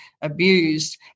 abused